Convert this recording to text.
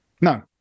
No